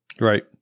Right